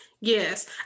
yes